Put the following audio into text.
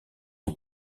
aux